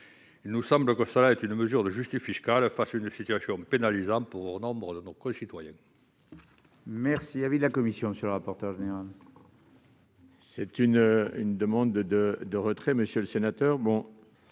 Il nous semble qu'il s'agit d'une mesure de justice fiscale, face à une situation pénalisante pour nombre de nos concitoyens.